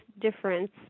difference